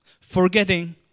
forgetting